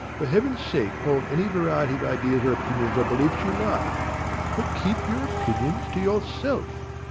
for heaven's sake hold any variety of ideas or opinions or beliefs you like but keep your opinions to yourself.